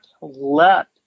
let